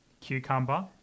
cucumber